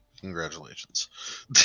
Congratulations